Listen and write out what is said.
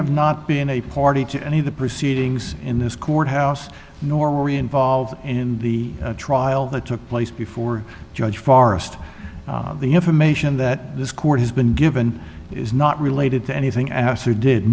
have not been a party to any of the proceedings in this courthouse nor were involved in the trial that took place before judge forrest the information that this court has been given is not related to anything